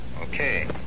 Okay